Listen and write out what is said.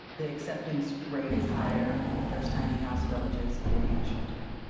the acceptance rate is higher if there's tiny house villages and enhanced shelters?